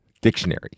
dictionary